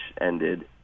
ended